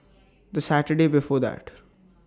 The Saturday before that